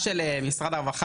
בסמכות הוועדה לעסוק